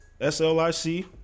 S-L-I-C